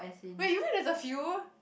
wait you mean there's a few